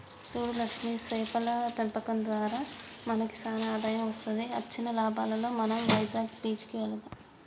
సూడు లక్ష్మి సేపల పెంపకం దారా మనకి సానా ఆదాయం వస్తది అచ్చిన లాభాలలో మనం వైజాగ్ బీచ్ కి వెళ్దాం